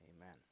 Amen